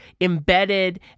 embedded